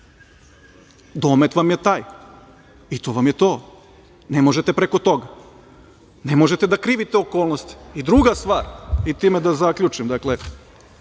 domet vam je taj i to vam je to ne možete preko toga, ne možete da krivite okolnosti.I, druga stvar i time da zaključim